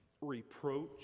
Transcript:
reproach